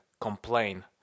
complain